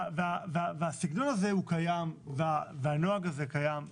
הסגנון הזה קיים, הנוהג הזה קיים.